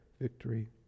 victory